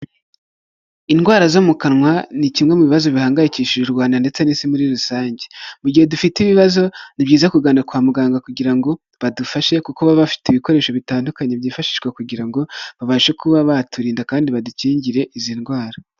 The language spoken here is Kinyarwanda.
Indwara zo mu kanwa ni kimwe mu bibazo bihangayikishije u Rwanda ndetse n'isi muri rusange. Mu gihe dufite ibibazo, ni byiza kugana kwa muganga kugira ngo badufashe kuko baba bafite ibikoresho bitandukanye byifashishwa kugira ngo babashe kuba baturinda kandi badukingire izi ndwara.